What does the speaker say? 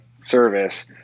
service